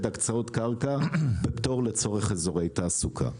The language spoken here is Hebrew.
הקצאות קרקע בפטור לצורך אזורי תעסוקה.